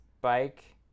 bike